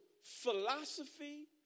philosophy